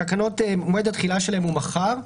מועד התחילה של התקנות הוא מחר.